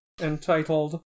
entitled